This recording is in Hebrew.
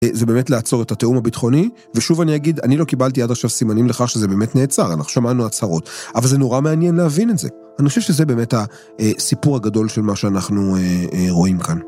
זה באמת לעצור את התיאום הביטחוני ושוב אני אגיד אני לא קיבלתי עד עכשיו סימנים לכך שזה באמת נעצר אנחנו שמענו הצהרות אבל זה נורא מעניין להבין את זה אני חושב שזה באמת הסיפור הגדול של מה שאנחנו רואים כאן.